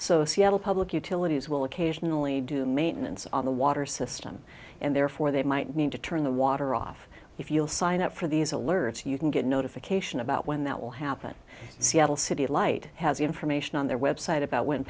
so seattle public utilities will occasionally do maintenance on the water system and therefore they might need to turn the water off if you'll sign up for these alerts you can get notification about when that will happen seattle city light has the information on their website about when